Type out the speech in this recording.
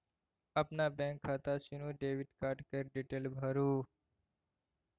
अपन बैंक खाता चुनि डेबिट कार्ड केर डिटेल भरु